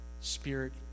spirit